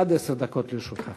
עד עשר דקות לרשותך.